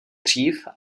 dřív